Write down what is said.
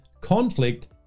conflict